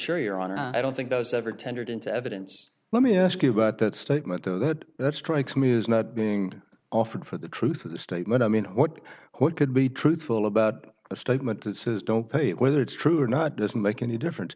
sure your honor i don't think those ever tendered into evidence let me ask you about that statement though good that strikes me as not being offered for the truth of the statement i mean what what could be truthful about a statement that says don't pay whether it's true or not doesn't make any difference